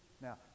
Now